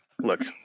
Look